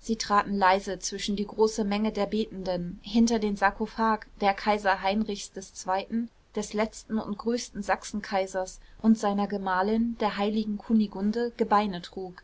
sie traten leise zwischen die große menge der betenden hinter den sarkophag der kaiser heinrichs ii des letzten und größten sachsenkaisers und seiner gemahlin der heiligen kunigunde gebeine trug